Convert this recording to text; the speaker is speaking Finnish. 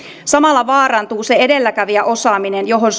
samalla vaarantuu se edelläkävijäosaaminen johon